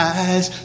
eyes